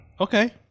Okay